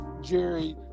Jerry